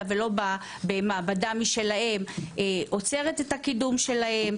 ולא במעבדה משלהם עוצרת את הקידום שלהם,